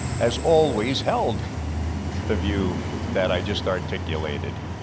has always held the view that i just articulated.